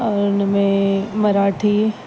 और हिन में मराठी